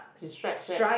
in stripes right